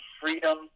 freedom